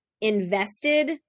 invested